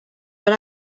but